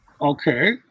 Okay